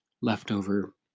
leftover